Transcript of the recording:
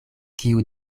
kiu